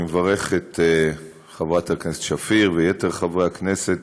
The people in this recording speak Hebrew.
אני מברך את חברת הכנסת שפיר ויתר חברי הכנסת